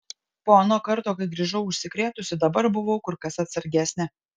po ano karto kai grįžau užsikrėtusi dabar buvau kur kas atsargesnė